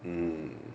嗯